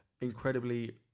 Incredibly